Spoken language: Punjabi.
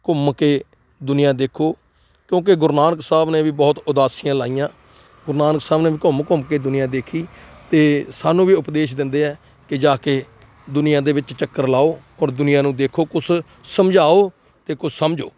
ਘੁੰਮ ਕੇ ਦੁਨੀਆਂ ਦੇਖੋ ਕਿਉਂਕਿ ਗੁਰੂ ਨਾਨਕ ਸਾਹਿਬ ਨੇ ਵੀ ਬਹੁਤ ਉਦਾਸੀਆਂ ਲਗਾਈਆਂ ਗੁਰੂ ਨਾਨਕ ਸਾਹਿਬ ਨੇ ਵੀ ਘੁੰਮ ਘੁੰਮ ਕੇ ਦੁਨੀਆਂ ਦੇਖੀ ਅਤੇ ਸਾਨੂੰ ਵੀ ਉਪਦੇਸ਼ ਦਿੰਦੇ ਹੈ ਕਿ ਜਾ ਕੇ ਦੁਨੀਆਂ ਦੇ ਵਿੱਚ ਚੱਕਰ ਲਗਾਓ ਔਰ ਦੁਨੀਆਂ ਨੂੰ ਦੇਖੋ ਕੁਛ ਸਮਝਾਓ ਅਤੇ ਕੁਛ ਸਮਝੋ